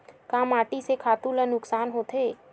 का माटी से खातु ला कुछु नुकसान होथे?